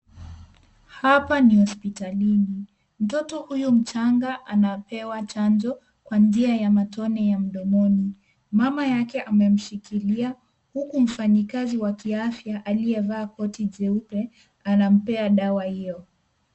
Hapa ni hospitalini mtoto huyu mchanga anapewa chanjo kwa njia ya matone ya mdomoni ,mama yake amemshikilia huku mfanyikazi wa kiafya aliyevaa koti jeupe anampea dawa hiyo.